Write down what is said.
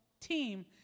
team